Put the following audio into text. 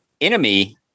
enemy